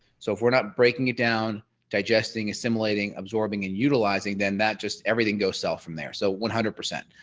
so if we're not breaking it down digesting assimilating absorbing and utilizing then that just everything goes well from there. so one hundred percent.